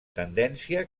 tendència